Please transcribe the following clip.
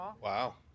wow